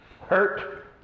hurt